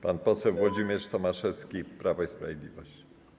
Pan poseł Włodzimierz Tomaszewski, Prawo i Sprawiedliwość.